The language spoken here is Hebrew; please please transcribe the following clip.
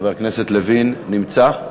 חבר הכנסת לוין נמצא?